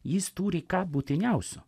jis turi ką būtiniausių